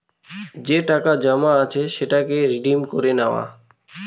যে টাকা জমা আছে সেটাকে রিডিম করে নাও